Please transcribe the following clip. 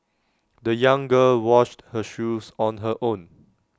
the young girl washed her shoes on her own